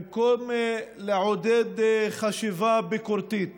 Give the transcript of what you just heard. במקום לעודד חשיבה ביקורתית